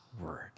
word